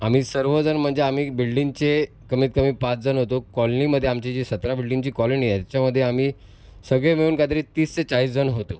आम्ही सर्वजण म्हणजे आम्ही बिल्डिंगचे कमीतकमी पाच जण होतो कॉलनीमध्ये आमची जी सतरा बिल्डिंगची कॉलनी आहे त्याच्यामध्ये आम्ही सगळे मिळून काहीतरी तीस ते चाळीस जण होतो